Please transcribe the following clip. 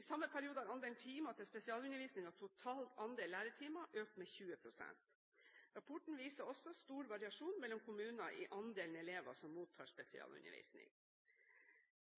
I samme periode har andelen timer til spesialundervisning av total andel lærertimer økt med 20 pst. Rapporten viser også stor variasjon mellom kommuner når det gjelder andelen elever som mottar spesialundervisning.